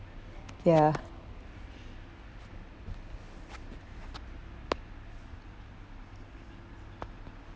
ya